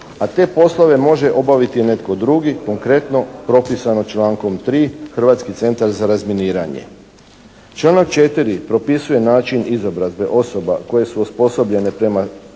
a te poslove može obaviti netko drugi, konkretno propisano člankom 3. Hrvatski centar za razminiranje. Članak 4. propisuje način izobrazbe osoba koje su osposobljene prema